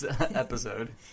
episode